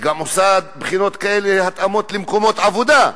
היא גם עושה בחינות כאלה, התאמות למקומות עבודה,